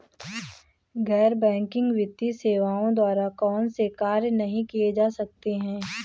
गैर बैंकिंग वित्तीय सेवाओं द्वारा कौनसे कार्य नहीं किए जा सकते हैं?